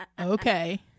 okay